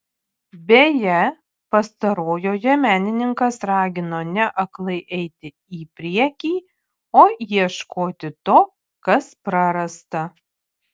beje pastarojoje menininkas ragino ne aklai eiti į priekį o ieškoti to kas prarasta